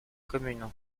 commune